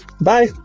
Bye